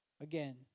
Again